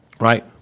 right